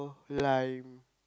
lime